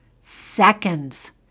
seconds